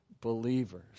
believers